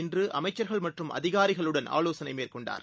இன்றுஅமைச்சர்கள் மற்றும் அதிகாரிகளுடன்ஆலோசனைமேற்கொண்டார்